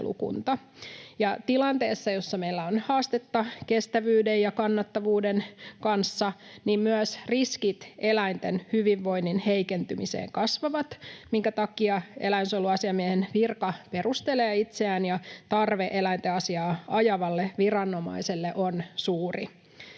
Tilanteessa, jossa meillä on haastetta kestävyyden ja kannattavuuden kanssa, myös riskit eläinten hyvinvoinnin heikentymiseen kasvavat, minkä takia eläinsuojeluasiamiehen virka perustelee itseään ja tarve eläinten asiaa ajavalle viranomaiselle on suuri.